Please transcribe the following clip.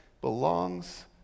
belongs